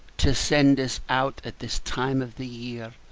to send us out at this time of the year,